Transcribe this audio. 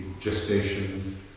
gestation